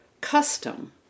custom